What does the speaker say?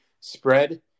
spread